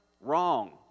wrong